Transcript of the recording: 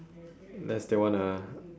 unless they wanna